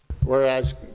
whereas